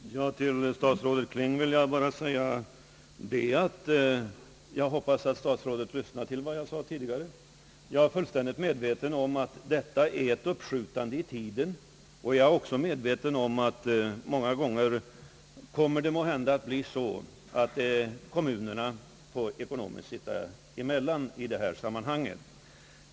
Herr talman! Till statsrådet Kling vill jag säga att jag hoppas att statsrådet lyssnade på vad jag sade tidigare. Jag är fullständigt medveten om att detta är ett uppskjutande i tiden. Jag är också medveten om att det måhända många gånger kommer att bli så att kommunerna ekonomiskt får sitta emellan i detta sammanhang.